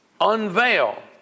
unveil